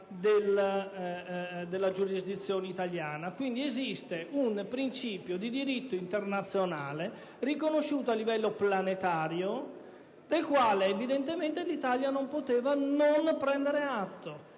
della giurisdizione italiana. Quindi, esiste un principio di diritto internazionale riconosciuto a livello planetario del quale evidentemente l'Italia non può non prendere atto,